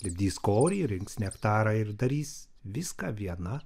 lipdys korį rinks nektarą ir darys viską viena